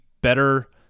better